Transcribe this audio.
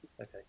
okay